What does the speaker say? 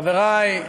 חברי,